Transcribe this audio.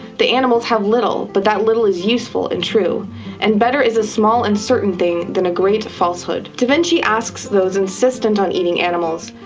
the animals have little, but that little is useful and true and better is small and certain thing than a great falsehood. da vinci asks those insistent on eating animals,